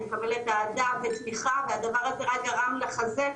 אני מקבלת אהדה ותמיכה והדבר הזה רק גרם לחזק